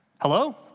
Hello